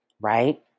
right